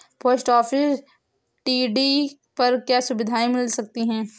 Post office TD पर क्या सुविधाएँ मिल सकती है?